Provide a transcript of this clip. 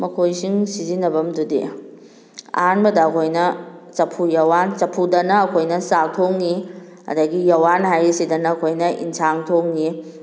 ꯃꯈꯣꯏꯁꯤꯡ ꯁꯤꯖꯤꯟꯅꯐꯝ ꯑꯗꯨꯗꯤ ꯑꯍꯥꯟꯕꯗ ꯑꯩꯈꯣꯏꯅ ꯆꯐꯨ ꯎꯌꯥꯟ ꯆꯐꯨꯗꯅ ꯑꯩꯈꯣꯏꯅ ꯆꯥꯛ ꯊꯣꯡꯏ ꯑꯗꯨꯗꯒꯤ ꯎꯌꯥꯟ ꯍꯥꯏꯔꯤꯁꯤꯗꯅ ꯑꯩꯈꯣꯏꯅ ꯌꯦꯟꯁꯥꯡ ꯊꯣꯡꯏ